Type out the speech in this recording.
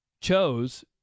chose